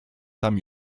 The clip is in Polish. tam